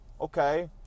okay